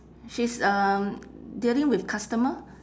she's um dealing with customer